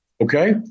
Okay